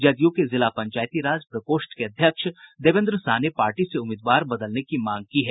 जदयू के जिला पंचायती राज प्रकोष्ठ के अध्यक्ष देवेन्द्र साह ने पार्टी से उम्मीदवार बदलने की मांग की है